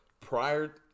prior